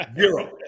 zero